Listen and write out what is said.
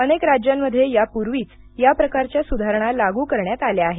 अनेक राज्यांमध्ये यापूर्वीच या प्रकारच्या सुधारणा लागू करण्यात आल्या आहेत